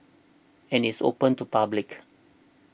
and it's open to public